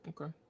Okay